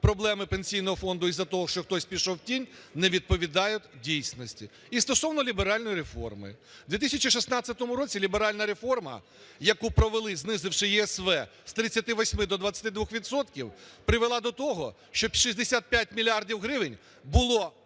проблеми Пенсійного фонду із-за того, що хтось пішов в тінь, не відповідають дійсності. І стосовно ліберальної реформи. В 2016 році ліберальна реформа, яку провели, знизивши ЄСВ з 38 до 22 відсотків, привела до того, що 65 мільярдів гривень було передано